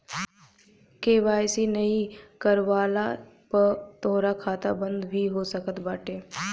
KYC नाइ करववला पअ तोहार खाता बंद भी हो सकत बाटे